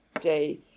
day